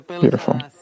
Beautiful